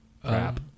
Crap